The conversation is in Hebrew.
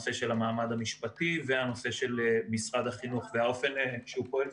נושא המעמד המשפטי והנושא של משרד החינוך והאופן שבו הוא פועל.